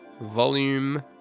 Volume